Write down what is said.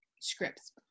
scripts